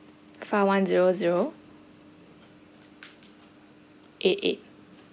five one zero zero eight eight